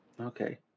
Okay